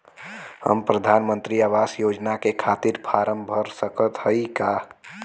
हम प्रधान मंत्री आवास योजना के खातिर फारम भर सकत हयी का?